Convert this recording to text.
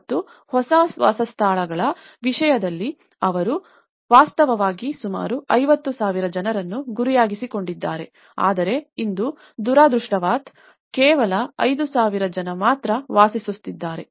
ಮತ್ತು ಹೊಸ ವಾಸಸ್ಥಳಗಳ ವಿಷಯದಲ್ಲಿ ಅವರು ವಾಸ್ತವವಾಗಿ ಸುಮಾರು 50000 ಜನರನ್ನು ಗುರಿಯಾಗಿಸಿಕೊಂಡಿದ್ದಾರೆ ಆದರೆ ಇಂದು ದುರದೃಷ್ಟವಶಾತ್ ಕೇವಲ 5000 ಜನರು ಮಾತ್ರ ವಾಸಿಸುತ್ತಿದ್ದಾರೆ